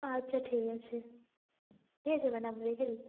আচ্ছা ঠিক আছে ঠিক আছে ম্যাডাম রেখে দিচ্ছি